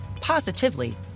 positively